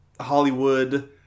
Hollywood